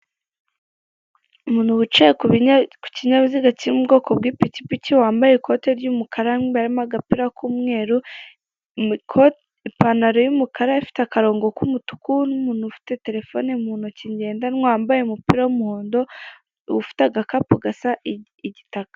Umuntu wicaye ku binya ku kinyabiziga kiri mu bwoko bw'ipikipiki wambaye ikote ry'umukara mo imbere harimo agapira k'umweru, ipantaro y'umukara ifite akarongo k'umutuku n'umuntu ufite terefone mu ntoki ngendanwa wambaye umupira w'umuhondo ufite agakapu gasa igitaka.